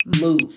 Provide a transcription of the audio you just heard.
move